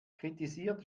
kritisiert